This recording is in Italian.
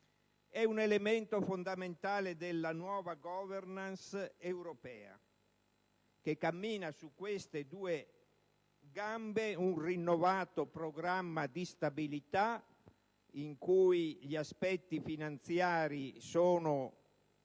È un elemento fondamentale della nuova *governance* europea che cammina su queste due gambe: un rinnovato programma di stabilità, in cui gli aspetti finanziari sono